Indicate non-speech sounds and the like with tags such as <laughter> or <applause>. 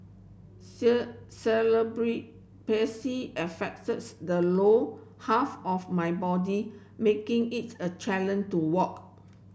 <unintelligible> affects the low half of my body making it a <unintelligible> to walk